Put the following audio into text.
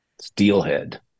Steelhead